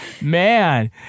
Man